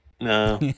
No